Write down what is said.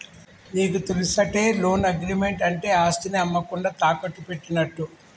నీకు తెలుసటే, loan agreement అంటే ఆస్తిని అమ్మకుండా తాకట్టు పెట్టినట్టు